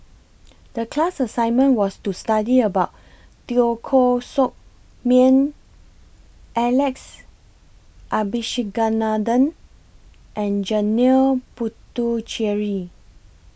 The class assignment was to study about Teo Koh Sock Miang Alex Abisheganaden and Janil Puthucheary